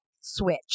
switch